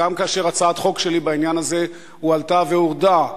וגם כאשר הצעת חוק שלי בעניין הזה הועלתה והורדה מסדר-היום,